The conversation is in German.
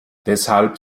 deshalb